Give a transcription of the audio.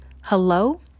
hello